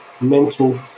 mental